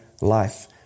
life